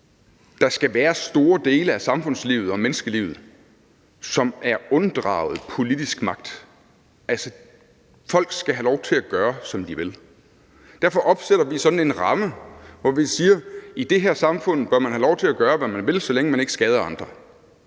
der skal være store dele af samfundslivet og menneskelivet, som er unddraget politisk magt. Altså, folk skal have lov til at gøre, som de vil. Derfor opsætter vi sådan en ramme, hvor vi siger, at i det her samfund bør man have lov til at gøre, hvad man vil, så længe man ikke skader andre.